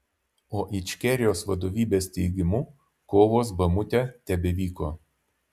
o ičkerijos vadovybės teigimu kovos bamute tebevyko